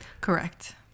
Correct